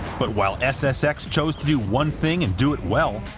but while ssx chose to do one thing and do it well,